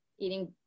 eating